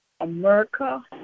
America